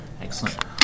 Excellent